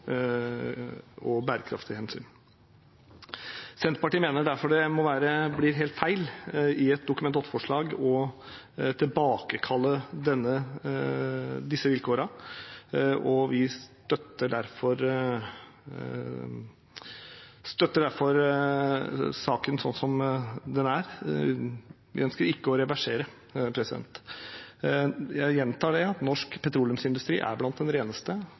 Senterpartiet mener derfor det blir helt feil å tilbakekalle disse vilkårene i et Dokument 8-forslag. Vi støtter derfor saken sånn som den er: Vi ønsker ikke å reversere. Jeg gjentar at norsk petroleumsindustri er blant de reneste,